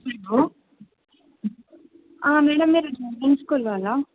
hello madam మీరు driving school వాళ్ళా